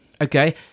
Okay